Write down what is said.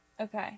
Okay